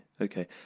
Okay